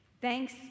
Thanks